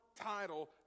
title